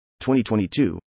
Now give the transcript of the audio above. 2022